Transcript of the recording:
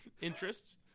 Interests